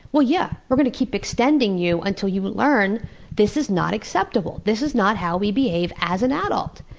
well, yeah, we're going to keep extending you until you learn that this is not acceptable this is not how we behave as an adult.